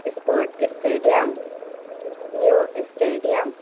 sport stadium new stadium